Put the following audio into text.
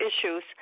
issues